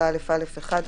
7א(א)(1),